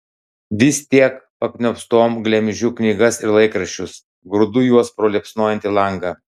vis tiek pakniopstom glemžiu knygas ir laikraščius grūdu juos pro liepsnojantį langą